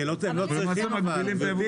כי הם לא צריכים אבל.